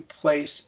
place